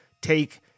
take